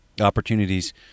opportunities